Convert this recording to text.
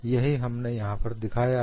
यही हमने यहां पर दिखाया है